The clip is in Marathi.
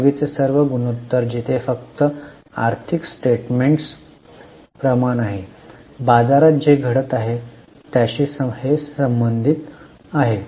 पूर्वीचे सर्व गुणोत्तर जिथे फक्त आर्थिक स्टेटमेंट प्रमाण आहे बाजारात जे घडत आहे त्याशी हे संबंधित आहे